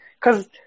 Cause